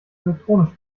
elektronisch